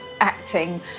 acting